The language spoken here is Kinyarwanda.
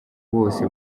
bose